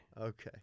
Okay